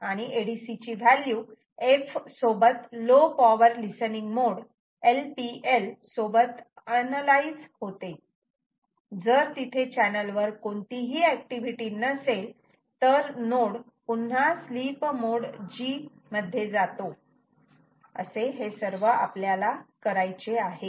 आणि ADC ची value f सोबत low power listening mode LPL सोबत अनलाईझ होते जर तिथे चॅनल वर कोणतीही एक्टिविटी नसेल तर नोड पुन्हा स्लीप मोड g मध्ये जातो असे हे सर्व आपल्याला करायचे आहे